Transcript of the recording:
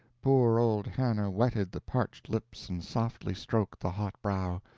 poor old hannah wetted the parched lips and softly stroked the hot brow,